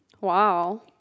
wow